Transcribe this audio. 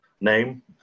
name